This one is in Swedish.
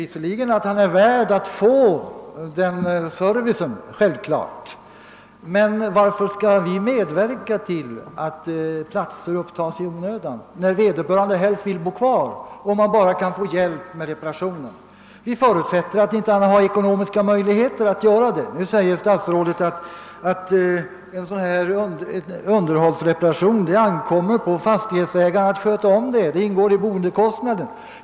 Visserligen är han värd att få en sådan service, men varför skall vi medverka till att platser upptas i onödan, när vederbörande helst vill bo kvar, om han bara kan få hjälp med reparationen. Vi förutsätter att han inte har någon ekonomisk möjlighet att själv bekosta den. Nu säger statsrådet att det ankommer på fastighetsägaren att sköta underhållsreparationer, eftersom dessa ingår i boendekostnaden.